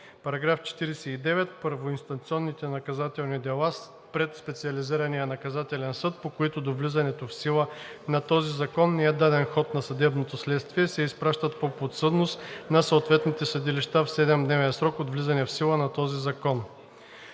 § 49: „§ 49. Първоинстанционните наказателни дела пред Специализирания наказателен съд, по които до влизането в сила на този закон не е даден ход на съдебното следствие, се изпращат по подсъдност на съответните съдилища в 7-дневен срок от влизането в сила на този закон.“